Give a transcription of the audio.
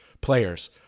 players